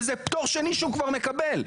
וזה פטור שני שהוא כבר מקבל.